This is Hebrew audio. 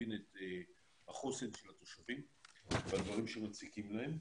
להבין את החוסן של התושבים והדברים שמציקים להם.